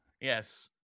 yes